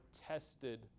tested